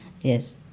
Yes